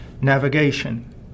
Navigation